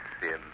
Sin